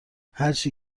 هرچی